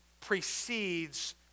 precedes